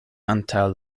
antaŭ